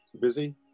Busy